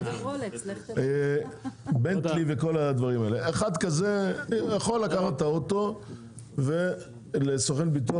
אחד כזה יכול לקחת את האוטו לסוכן ביטוח